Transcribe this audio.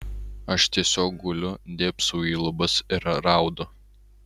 aš tiesiog guliu dėbsau į lubas ir raudu